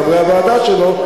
חברי הוועדה שלו,